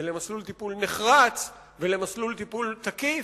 ולמסלול טיפול נחרץ ולמסלול טיפול תקיף.